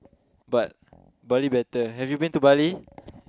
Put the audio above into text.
but Bali better have you been to Bali